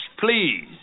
please